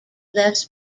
less